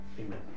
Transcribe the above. Amen